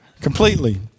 completely